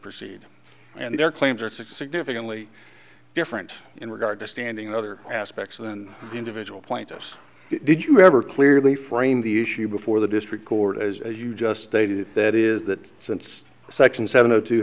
proceed and their claims are to significantly different in regard to standing other aspects than the individual plaintiffs did you ever clearly framed the issue before the district court as as you just stated that is that since section seven zero two